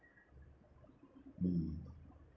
mm